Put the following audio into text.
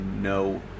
no